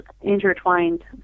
intertwined